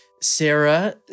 Sarah